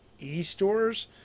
e-stores